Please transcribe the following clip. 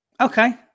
Okay